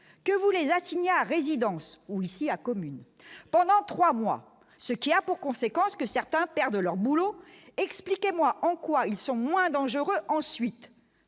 que vous les assigne à résidence ou ici à commune pendant 3 mois, ce qui a pour conséquence que certains perdent leur boulot, expliquez-moi en quoi ils sont moins dangereux, ensuite